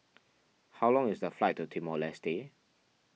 how long is the flight to Timor Leste